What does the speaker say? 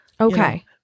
Okay